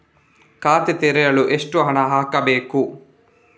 ಖಾತೆ ತೆರೆಯಲು ಎಷ್ಟು ಹಣ ಹಾಕಬೇಕು?